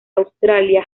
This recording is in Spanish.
australia